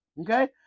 Okay